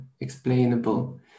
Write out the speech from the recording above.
explainable